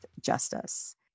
Justice